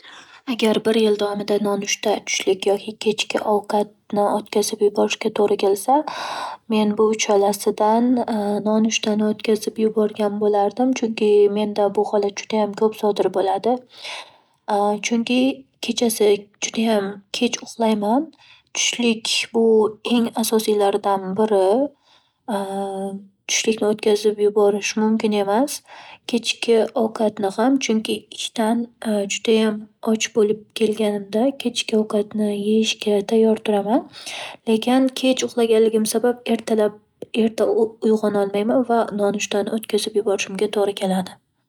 Agar bir yil davomida nonushta, tushlik yoki kechki ovqatni o'tkazib yuborish to'g'ri kelsa, men bu uchalasidan nonushtani o'tkazib yuborgan bo'lardim. Chunki bu holat menda judayam ko'p sodir bo'ladi. Chunki kechasi judayam kech uxlayman, tushlik bu eng asosiylaridan biri Tushlikni o'tkazib yuborish mumkin emas. Kechki ovqatni ham, chunki ishdan judayam och bo'lib kelganimda kechki ovqatni yeyishga tayyor turaman. Lekin kech uxlaganligim sabab, ertalab erta u-uyg'onolmayman va nonushtani o'tkazib yuborishimga to'g'ri keladi.